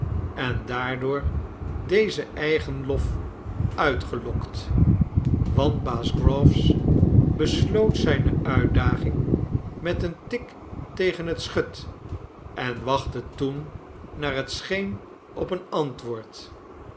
en daardoor dezen eigenlof uitgelokt want baas groves besloot zijne uitdaging met een tik tegen het schut en wachtte toen naar het scheen op een antwoord